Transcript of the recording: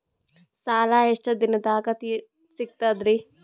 ಸಾಲಾ ಎಷ್ಟ ದಿಂನದಾಗ ಸಿಗ್ತದ್ರಿ?